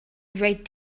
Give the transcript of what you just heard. great